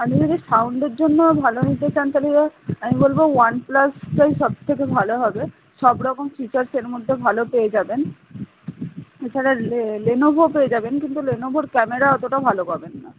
আপনি যদি সাউন্ডের জন্য ভালো নিতে চান তাহলে আমি বলবো ওয়ানপ্লাসটাই সবথেকে ভালো হবে সব রকম ফিচার্স এর মধ্যে ভালো পেয়ে যাবেন এছাড়া লেনোভো পেয়ে যাবেন কিন্তু লেনেভোর ক্যামেরা অতোটা ভালো পাবেন না